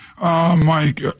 Mike